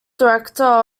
director